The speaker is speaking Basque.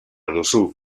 duzu